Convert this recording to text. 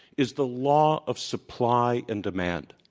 is the law of supply and demand.